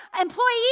employees